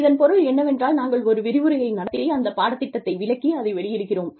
இதன் பொருள் என்னவென்றால் நாங்கள் ஒரு விரிவுரையை நடத்தி அந்த பாடத் திட்டத்தை விளக்கி அதை வெளியிடுகிறோம்